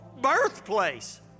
birthplace